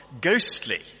ghostly